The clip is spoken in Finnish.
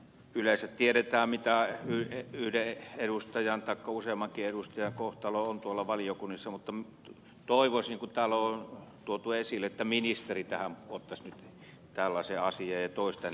yleensä tiedetään miten yhden edustajan taikka useammankin edustajan aloitteen kohtalo on valiokunnissa mutta toivoisin niin kuin täällä on tuotu esille että ministeri ottaisi nyt tällaisen asian esille ja toisi tänne esityksen